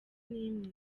n’imwe